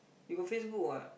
you got Facebook what